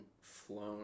flown